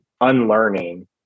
unlearning